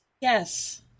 Yes